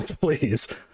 please